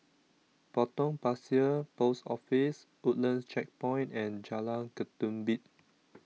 Potong Pasir Post Office Woodlands Checkpoint and Jalan Ketumbit